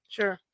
Sure